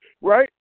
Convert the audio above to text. right